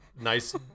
nice